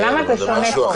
למה זה שונה פה?